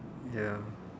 ya